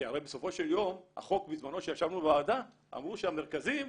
כי הרי בסופו של יום החוק --- בזמנו כשישבנו בוועדה אמרו שהמרכזים,